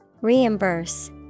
Reimburse